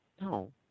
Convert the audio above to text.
No